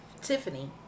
Tiffany